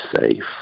safe